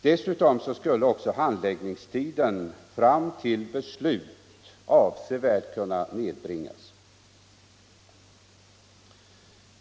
Dessutom skulle handläggningstiden fram till beslut avsevärt kunna nedbringas.